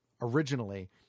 Originally